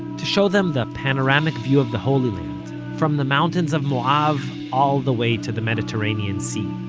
to show them the panoramic view of the holy land from the mountains of moab all the way to the mediterranean sea